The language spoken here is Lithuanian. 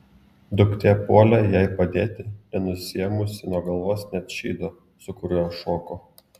duktė puolė jai padėti nenusiėmusi nuo galvos net šydo su kuriuo šoko